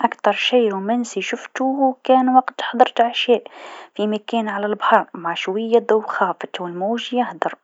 أكثر رومانسي شفتو كان وقت حضرت عشاء في مكان على البحر مع شويا ضو خافت و الموج يهدر،